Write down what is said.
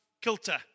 kilter